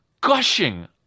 gushing